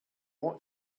ought